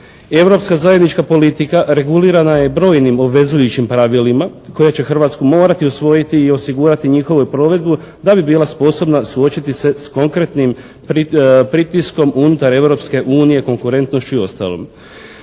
Europska zajednička politika regulirana je brojnim obvezujućim pravilima koje će Hrvatska morati usvojiti i osigurati njihovu provedbu da bi bila sposobna suočiti se s konkretnim pritiskom unutar Europske unije konkurentnošću i ostalom.